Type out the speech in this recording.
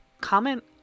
comment